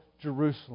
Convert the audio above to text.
Jerusalem